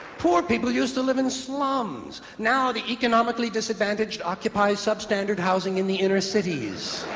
poor people used to live in slums, now the economically disadvantaged occupy substandard housing in the inner cities.